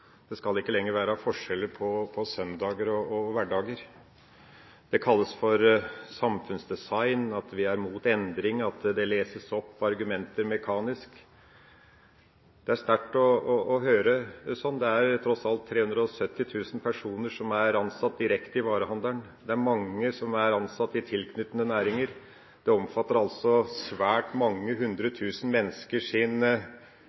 det skal ikke lenger være forskjell på søndager og hverdager. Det kalles samfunnsdesign, at vi er imot endring, at det leses opp argumenter mekanisk. Det er sterkt å høre sånt – det er tross alt 370 000 personer som er ansatt direkte i varehandelen. Det er mange som er ansatt i tilknyttede næringer. Dette omfatter altså svært mange